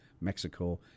Mexico